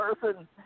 person